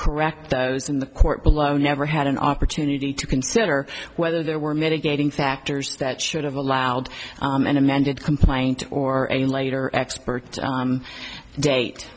correct those in the court below never had an opportunity to consider whether there were mitigating factors that should have allowed an amended complaint or a later expert date